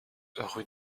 rue